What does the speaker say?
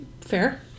Fair